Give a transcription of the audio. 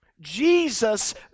Jesus